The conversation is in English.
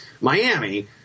Miami